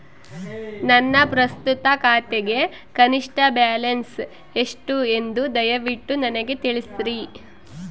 ನನ್ನ ಪ್ರಸ್ತುತ ಖಾತೆಗೆ ಕನಿಷ್ಠ ಬ್ಯಾಲೆನ್ಸ್ ಎಷ್ಟು ಎಂದು ದಯವಿಟ್ಟು ನನಗೆ ತಿಳಿಸ್ರಿ